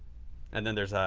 and then there's a,